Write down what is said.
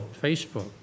Facebook